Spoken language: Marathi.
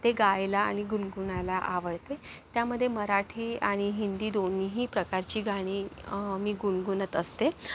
ते गायला आणि गुणगुणायला आवळते त्यामध्ये मराठी आणि हिंदी दोन्हीही प्रकारची गाणी मी गुणगुणत असते